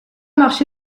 marché